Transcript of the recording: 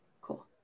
Cool